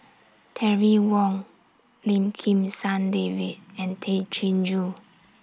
Terry Wong Lim Kim San David and Tay Chin Joo